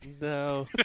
No